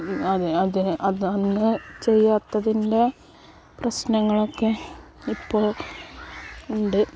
അത് അതിന് അന്ന് ചെയ്യാത്തത്തിൻ്റെ പ്രശ്നങ്ങളൊക്കെ ഇപ്പോൾ ഉണ്ട്